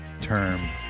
term